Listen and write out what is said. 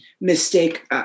mistake